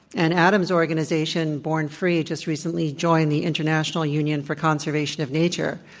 and adam's organization, born free, just recently joined the international union for conservation of nature,